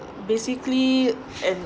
basically an